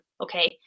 Okay